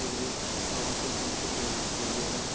پھر بھی تھوڑا بہت تو کم تو کر کیجیے نا